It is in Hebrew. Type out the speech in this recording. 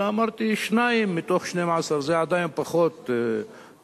אלא אמרתי שניים מתוך 12. זה עדיין פחות מ-20%.